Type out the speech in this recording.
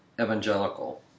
evangelical